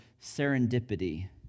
serendipity